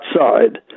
outside